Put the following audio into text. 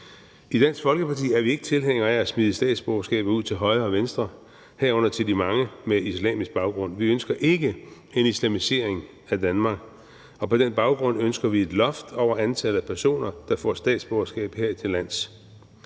I Dansk Folkeparti er vi ikke tilhængere af at smide statsborgerskaber ud til højre og venstre, herunder til de mange med islamisk baggrund. Vi ønsker ikke en islamisering af Danmark, og på den baggrund ønsker vi et loft over antallet af personer, der får statsborgerskab hertillands.